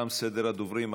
תם סדר הדוברים.